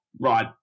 right